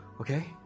Okay